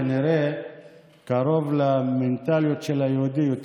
כנראה קרוב יותר למנטליות של יהודים.